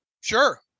Sure